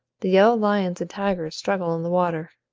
the yellow lions and tigers struggle in the water.